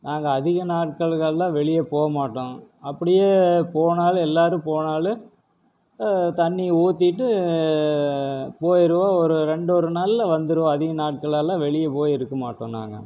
நாங்கள் அதிக நாட்கள்கள்லாம் வெளியே போக மாட்டோம் அப்படியே போனால் எல்லோரும் போனாலும் தண்ணி ஊத்திவிட்டு போயிடுவோம் ஒரு ரெண்டு ஒரு நாளில் வந்துடுவோம் அதிகம் நாட்களெல்லாம் வெளியே போய் இருக்க மாட்டோம் நாங்கள்